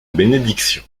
bénédiction